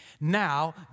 Now